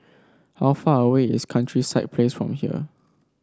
how far away is Countryside Place from here